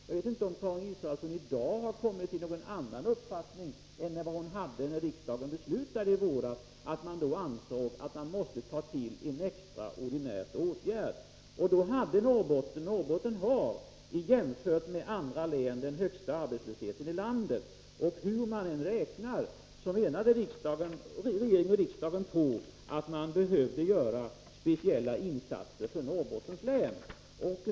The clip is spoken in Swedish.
Jag vet inte om Karin Israelsson i dag har kommit till någon annan uppfattning än den hon hade när riksdagen beslutade att man måste ta till en extraordinär åtgärd. Norrbotten hade och har i jämförelse med andra län den högsta arbetslösheten i landet. Riksdag och regering menade att hur man än räknar behövde speciella insatser göras för Norrbottens län.